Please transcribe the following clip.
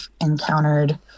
encountered